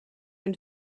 been